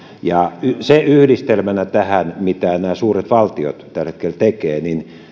se yhdistelmänä tähän mitä nämä suuret valtiot tällä hetkellä tekevät